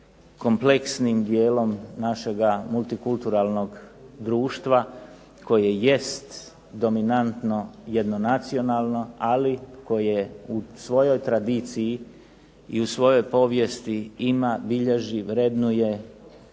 kompleksnim dijelom našega multikulturalnog društva, koje jest dominantno jedno nacionalno, ali koje u svojoj tradiciji i u svojoj povijesti ima, bilježi, vrednuje